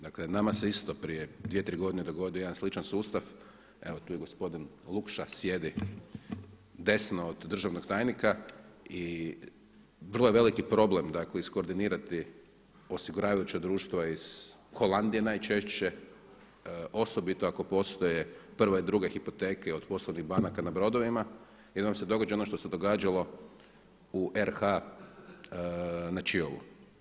Dakle nama se isto prije 2, 3 godine dogodio jedan sličan sustav, evo tu je gospodin Lukša, sjedi desno od državnog tajnika i vrlo je veliki problem dakle iskordinirati osiguravajuća društva iz Holandije najčešće, osobito ako postoje 1. i 2. hipoteke o poslovnih banaka na brodovima i onda nam se događa ono što se događalo u RH na Čiovu.